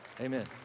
Amen